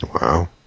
Wow